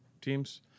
teams